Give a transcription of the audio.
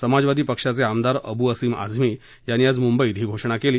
समाजवादी पक्षाचे आमदार अब् असीम आझमी यांनी आज मुंबईत ही घोषणा केली